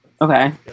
Okay